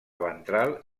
ventral